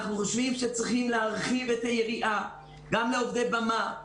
אנחנו חושבים שצריך להרחיב את היריעה גם לעובדי במה,